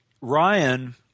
ryan